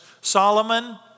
Solomon